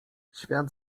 świat